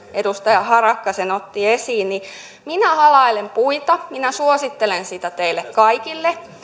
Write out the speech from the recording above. edustaja harakka sen otti esiin minä halailen puita minä suosittelen sitä teille kaikille